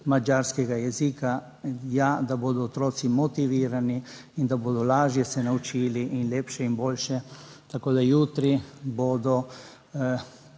madžarskega jezika, ja, da bodo otroci motivirani, in da bodo lažje se naučili in lepše in boljše tako da jutri bodo